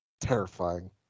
terrifying